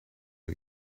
him